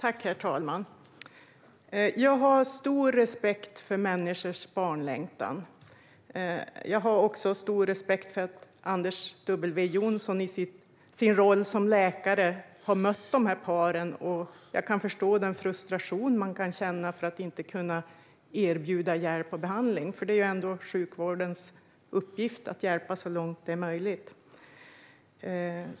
Herr talman! Jag har stor respekt för människors barnlängtan. Jag har också stor respekt för att Anders W Jonsson i sin roll som läkare har mött dessa par, och jag kan förstå den frustration man kan känna för att man inte kan erbjuda hjälp och behandling. Det är ändå sjukvårdens uppgift att hjälpa så långt det är möjligt.